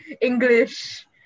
English